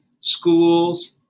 schools